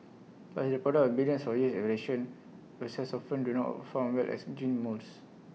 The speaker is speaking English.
but as the product of billions of years of viruses often do not perform well as gene mules